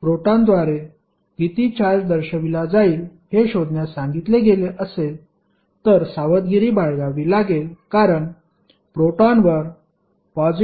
प्रोटॉनद्वारे किती चार्ज दर्शविला जाईल हे शोधण्यास सांगितले गेले असेल तर सावधगिरी बाळगावी लागेल कारण प्रोटॉनवर 1